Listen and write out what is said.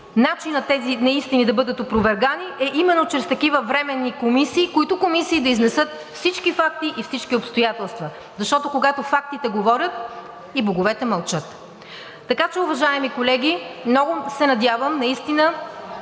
начинът тези неистини да бъдат опровергани, е именно чрез такива временни комисии, които комисии да изнесат всички факти и всички обстоятелства. Защото, когато фактите говорят, и боговете мълчат. Уважаеми колеги, много се надявам наистина,